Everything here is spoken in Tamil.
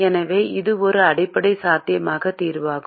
எனவே இது ஒரு அடிப்படை சாத்தியமான தீர்வாகும்